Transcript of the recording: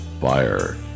Fire